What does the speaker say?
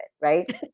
Right